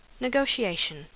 Negotiation